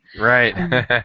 Right